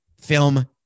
film